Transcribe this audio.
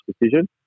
decision